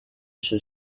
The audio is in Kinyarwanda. ico